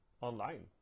online